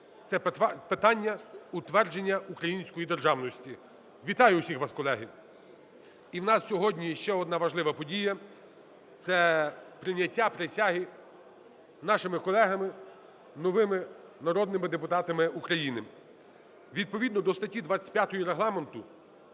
це питання утвердження української державності. Вітаю усіх вас, колеги! І у нас сьогодні ще одна важлива подія – це прийняття присяги нашими колегами, новими народними депутатами України. Відповідно до статті 25 Регламенту